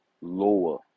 lower